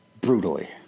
brutally